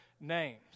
names